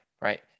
right